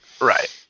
Right